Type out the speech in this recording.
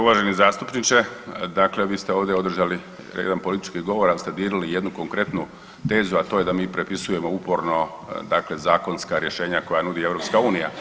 Uvaženi zastupniče, dakle vi ste ovdje održali jedan politički govor ali ste dirnuli jednu konkretnu tezu, a to je da mi prepisujemo uporno, dakle zakonska rješenja koja nudi EU.